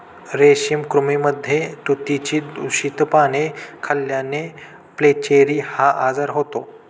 रेशमी कृमींमध्ये तुतीची दूषित पाने खाल्ल्याने फ्लेचेरी हा आजार होतो